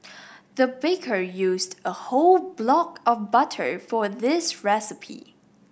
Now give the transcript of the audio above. the baker used a whole block of butter for this recipe